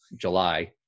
July